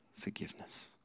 forgiveness